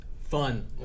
fun